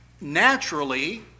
naturally